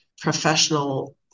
professional